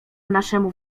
naszemu